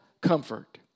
comfort